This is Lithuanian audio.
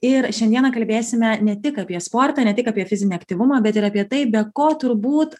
ir šiandieną kalbėsime ne tik apie sportą ne tik apie fizinį aktyvumą bet ir apie tai be ko turbūt